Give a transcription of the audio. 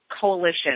Coalition